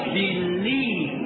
believe